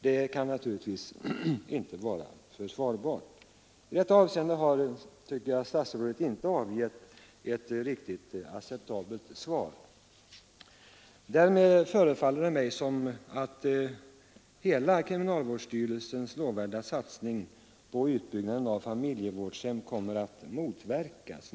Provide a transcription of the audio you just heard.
Det kan inte vara försvarbart. I detta avseende tycker jag att statsrådet inte har avgett ett riktigt acceptabelt svar. Därmed förefaller det mig som om kriminalvårdsstyrelsens lovvärda satsning på utbyggnaden av familjevårdshem kommer att motverkas.